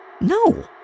No